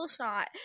shot